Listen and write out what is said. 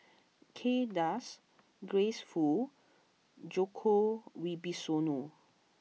Kay Das Grace Fu Djoko Wibisono